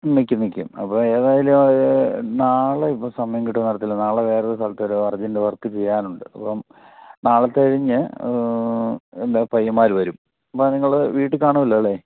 നിൽക്കും നിൽക്കും അപ്പോൾ ഏതായാലും നാളെ ഇപ്പോൾ സമയം കിട്ടുമോ എന്ന് അറിയത്തില്ല നാളെ വേറൊരു സ്ഥലത്ത് ഒരു അർജൻ്റ വർക്ക് ചെയ്യാനുണ്ട് അപ്പം നാളെത്തെ കഴിഞ്ഞ് എന്തോ പയ്യന്മാര് വരും അപ്പോൾ നിങ്ങൾ വീട്ടിൽ കാണുമല്ലോ അല്ലേ